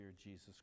Jesus